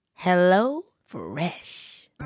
HelloFresh